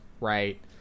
Right